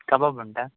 ಕಬಾಬ್ ಉಂಟಾ